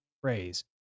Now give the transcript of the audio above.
phrase